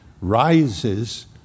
rises